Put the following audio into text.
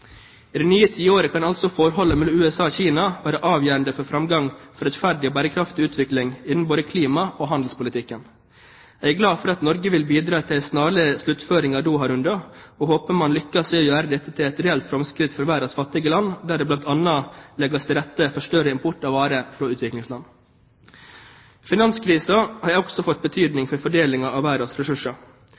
nye tiåret kan altså forholdet mellom USA og Kina være avgjørende for framgang for rettferdig og bærekraftig utvikling innenfor både klima- og handelspolitikken. Jeg er glad for at Norge vil bidra til en snarlig sluttføring av Doha-runden, og håper man lykkes i å gjøre dette til et reelt framskritt for verdens fattige land, der det bl.a. legges til rette for økt import av varer fra utviklingsland. Finanskrisen har også fått betydning for fordelingen av verdens ressurser.